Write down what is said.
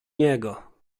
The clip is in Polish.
niego